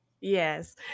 Yes